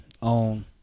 On